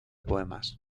poemas